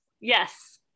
Yes